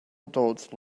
adults